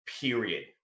period